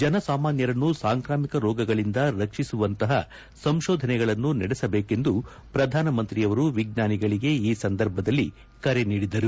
ಜನಸಾಮಾನ್ಯರನ್ನು ಸಾಂಕ್ರಾಮಿಕ ರೋಗಗಳಿಂದ ರಕ್ಷಿಸುವಂತಹ ಸಂಶೋಧನೆಗಳನ್ನು ನಡೆಸಬೇಕೆಂದು ಪ್ರಧಾನಮಂತ್ರಿಯವರು ವಿಜ್ಞಾನಿಗಳಿಗೆ ಈ ಸಂದರ್ಭದಲ್ಲಿ ಕರೆ ನೀಡಿದರು